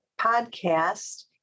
podcast